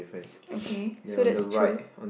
okay so that's true